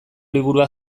liburua